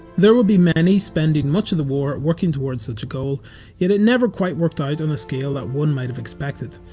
there would be many spending much of the war working towards such a goal, yet it never quite worked out on a scale that one might have expected.